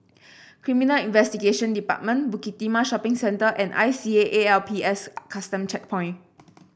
Criminal Investigation Department Bukit Timah Shopping Centre and I C A A L P S Custom Checkpoint